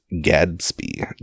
Gadsby